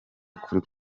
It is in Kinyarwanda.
kuri